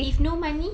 if no money